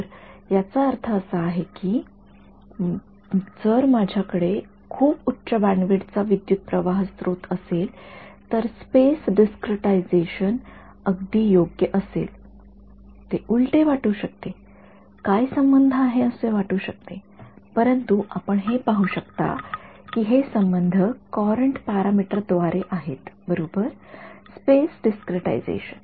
तर याचा अर्थ असा आहे की जर माझ्याकडे खूप उच्च बॅन्डविड्थ चा विद्युतप्रवाह स्त्रोत असेल तर स्पेस डीसक्रिटायजेशन अगदी योग्य असेल ते उलटे वाटू शकते काय संबंध आहे हे वाटू शकते परंतु आपण हे पाहू शकता की हे संबंध कॉऊरंट पॅरामीटर द्वारे आहेत बरोबर स्पेस डीसक्रिटायजेशन